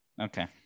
okay